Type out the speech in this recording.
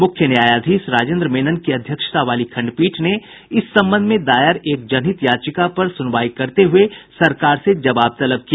मुख्य न्यायाधीश राजेन्द्र मेनन की अध्यक्षता वाली खंडपीठ ने इस संबंध में दायर एक जनहित याचिका पर सुनवाई करते हुये सरकार से जवाब तलब किया